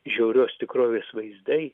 žiaurios tikrovės vaizdai